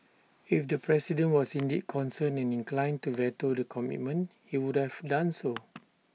if the president was indeed concerned and inclined to veto the commitment he would have done so